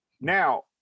Now